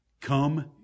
Come